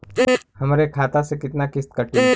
हमरे खाता से कितना किस्त कटी?